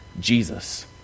Jesus